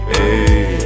Hey